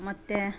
ಮತ್ತು